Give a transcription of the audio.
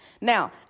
Now